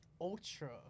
ultra